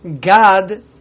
God